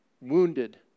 wounded